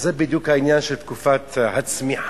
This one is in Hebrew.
אז זה בדיוק העניין של תקופת הצמיחה,